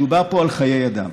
מדובר פה על חיי אדם.